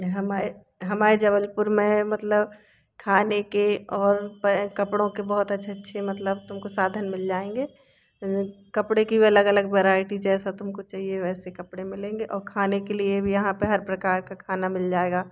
हमरे हमारे जबलपुर में मतलब खाने के और पै कपड़ो के बहुत अच्छे अच्छे मतलब तुमको साधन मिल जाएँगे कपड़े के अलग अलग वेराइटी है जैसा तुमको चाहिए वैसा कपड़े मिलेंगे और खाने के लिए भी यहाँ पर हर प्रकार का खाना मिल जाएगा